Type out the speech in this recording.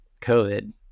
COVID